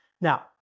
Now